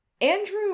Andrew